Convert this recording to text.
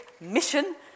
mission